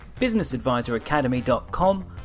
businessadvisoracademy.com